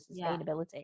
sustainability